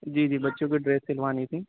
جی جی بچوں کے ڈریس سلوانی تھی